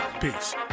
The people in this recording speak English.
Peace